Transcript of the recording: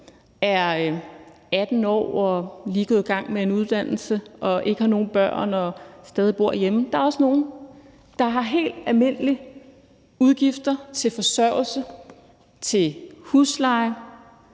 er 18 år og lige er gået i gang med en uddannelse og ikke har nogen børn og stadig bor hjemme. Der er også nogle, der har helt almindelige udgifter til forsørgelse, til husleje,